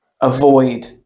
avoid